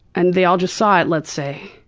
and they all just saw it let's say.